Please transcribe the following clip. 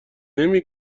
نمی